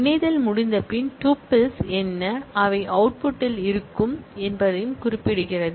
இணைதல் முடிந்தபின் டூப்பிள்ஸ் என்ன அவை அவுட்புட் ல் இருக்கும் என்பதையும் இது குறிப்பிடுகிறது